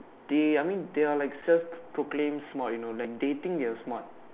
they I mean they are like self proclaimed smart you know like they think they're smart